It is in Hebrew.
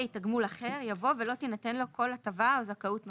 "תגמול אחר" יבוא "ולא תינתן לו כל הטבה או זכאות נוספת".